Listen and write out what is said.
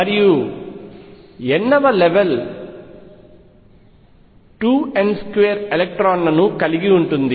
మరియు n వ level 2 n 2 ఎలక్ట్రాన్లను కలిగి ఉంటుంది